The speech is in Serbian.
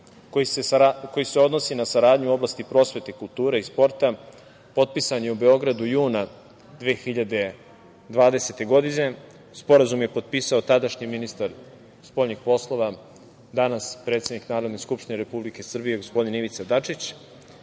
koji se odnosi na saradnju u oblasti prosvete, kulture i sporta potpisan je u Beogradu, juna 2020. godine. Sporazum je potpisao tadašnji ministar spoljnih poslova, danas predsednik Narodne skupštine Republike Srbije, gospodin Ivica Dačić.